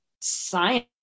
science